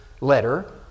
letter